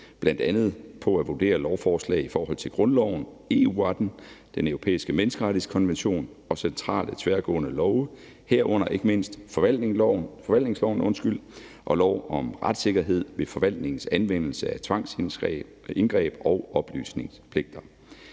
bl.a. at vurdere lovforslag i forhold til grundloven, EU-retten, den europæiske menneskerettighedskonvention og centrale tværgående love, herunder ikke mindst forvaltningsloven og lov om retssikkerhed ved forvaltningens anvendelse af tvangsindgreb og oplysningspligter.